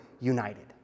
united